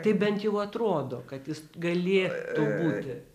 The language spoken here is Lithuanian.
tai bent jau atrodo kad jis galėtų būti